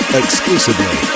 exclusively